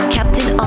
Captain